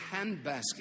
handbasket